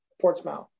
Portsmouth